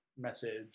message